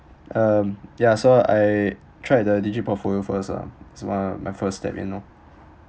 um ya so I tried the digi portfolio first lah it's ma~ my first step you know